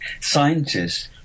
scientists